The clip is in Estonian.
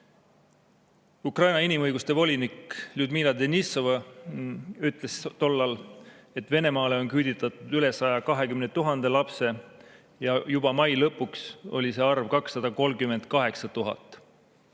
Ukraina inimõiguste volinik Ljudmila Denissova ütles tollal, et Venemaale on küüditatud üle 120 000 lapse, ja juba mai lõpuks oli see arv 238 000.